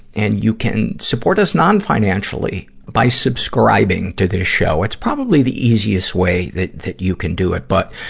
and you can support us non-financially by subscribing to this show. it's probably the easiest way that. that you can do it. but,